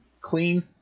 clean